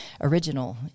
Original